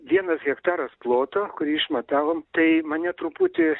vienas hektaras ploto kurį išmatavom tai mane truputį